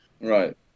Right